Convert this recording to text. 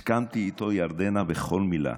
הסכמתי איתו, ירדנה, בכל מילה